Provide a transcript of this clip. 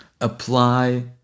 apply